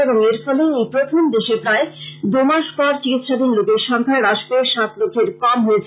এবং এর ফলে এই প্রথম দেশে প্রায় দুমাস পর চিকিৎসাধীন লোকের সংখ্যা হ্রাস পেয়ে সাত লক্ষের কম হয়েছে